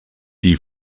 die